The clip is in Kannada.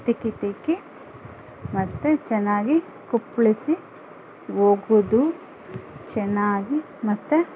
ತಿಕ್ಕಿ ತಿಕ್ಕಿ ಮತ್ತು ಚೆನ್ನಾಗಿ ಕುಪ್ಪಳಿಸಿ ಒಗೆದು ಚೆನ್ನಾಗಿ ಮತ್ತು